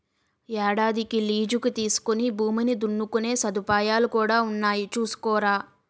ఏడాదికి లీజుకి తీసుకుని భూమిని దున్నుకునే సదుపాయాలు కూడా ఉన్నాయి చూసుకోరా